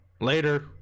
Later